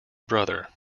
brother